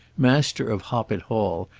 master of hoppet hall,